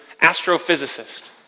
astrophysicist